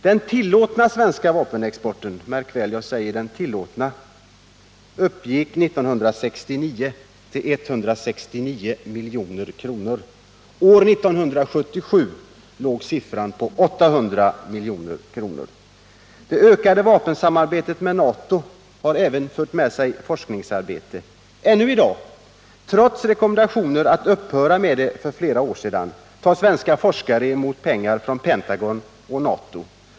Den tillåtna svenska vapenexporten — märk väl att jag säger den tillåtna — uppgick 1969 till 169 milj.kr. År 1977 var siffran 800. Det ökade vapensamarbetet med NATO har även fört med sig forskningsarbete. Ännu i dag — trots rekommendationer för flera år sedan att upphöra med det — tar svenska forskare emot pengar från Pentagon och NATO.